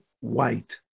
white